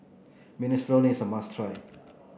Minestrone is a must try